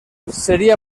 sería